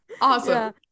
Awesome